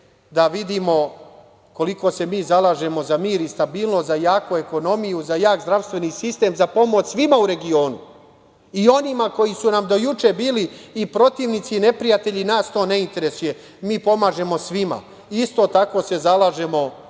da vidimo koliko se mi zalažemo za mir i stabilnost, za jaku ekonomiju, za jak zdravstveni sistem, za pomoć svima u regionu, i onima koji su nam do juče bili i protivnici, neprijatelji, nas to ne interesuje, mi pomažemo svima. Isto tako se zalažemo za